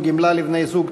גמלה לבני-זוג),